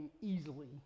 easily